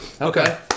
Okay